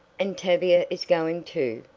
and tavia is going, too,